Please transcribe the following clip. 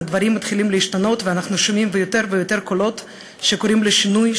הדברים מתחילים להשתנות ואנחנו שומעים יותר ויותר קולות שקוראים לשינוי,